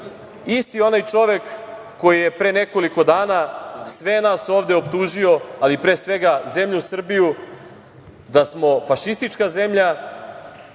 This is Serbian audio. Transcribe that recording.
isti onaj čovek koji je pre nekoliko dana sve nas ovde optužio, ali pre svega zemlju Srbiju, da smo fašistička zemlja